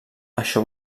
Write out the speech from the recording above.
això